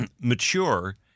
mature